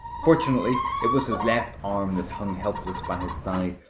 fortunately, it was his left arm that hung helpless by his side.